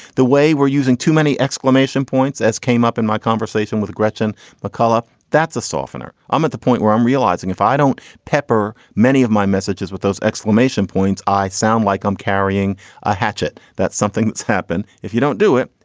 the way we're using too many exclamation points as came up in my conversation with gretchen but buckle up. that's a softener. i'm at the point where i'm realizing if i don't pepper many of my messages with those exclamation points, i sound like i'm carrying a hatchet. that's something that's happened. if you don't do it,